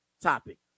topic